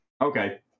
Okay